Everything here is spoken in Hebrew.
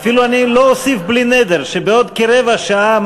ואפילו לא אוסיף "בלי נדר" שבעוד כרבע שעה,